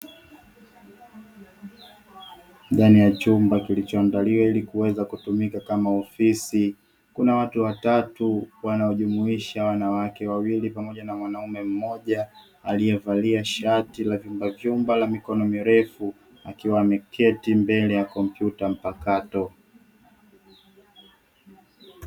Ndani ya chumba kilicho andaliwa ili kuweza kutumika kama ofisi, kuna watu watatu wanaojumuisha wanawake wawili pamoja na mwanaume mmoja aliyevalia shati la vyumbavyumba la mikono mirefu akiwa ameketi mbele ya kompyuta mpakato.